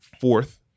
fourth